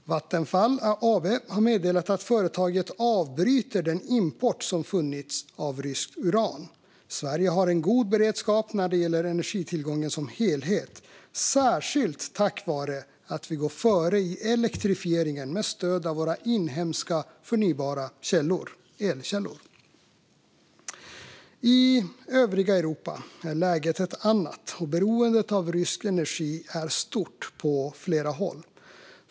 Vattenfall AB har meddelat att företaget avbryter den import som funnits av ryskt uran. Sverige har en god beredskap när det gäller energitillgången som helhet, särskilt tack vare att vi går före i elektrifieringen med stöd av våra inhemska förnybara elkällor. I övriga Europa är läget ett annat, och beroendet av rysk energi är stort på flera håll.